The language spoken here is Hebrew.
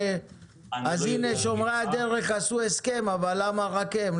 אז הנה, שומרי הדרך עשו הסכם, אבל למה רק הם?